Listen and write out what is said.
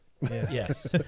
Yes